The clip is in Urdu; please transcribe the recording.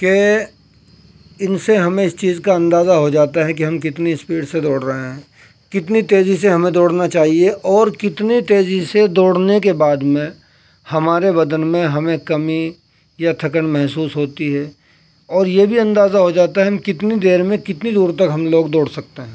کہ ان سے ہمیں اس چیز کا اندازہ ہو جاتا ہے کہ ہم کتنی اسپیڈ سے دوڑ رہے ہیں کتنی تیزی سے ہمیں دوڑنا چاہیے اور کتنے تیزی سے دوڑنے کے بعد میں ہمارے بدن میں ہمیں کمی یا تھکن محسوس ہوتی ہے اور یہ بھی اندازہ ہو جاتا ہے ہم کتنی دیر میں کتنی دور تک ہم لوگ دوڑ سکتے ہیں